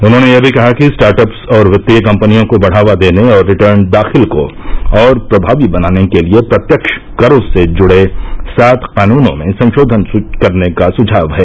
उन्होंने यह भी कहा कि स्टार्टअप्स और वित्तीय कंपनियों को बढ़ावा देने और रिटर्न दाखिल का और प्रभावी बनाने के लिए प्रत्यक्ष करों से जुड़े सात कानूनों में संशोधन करने का सुझाव है